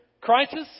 crisis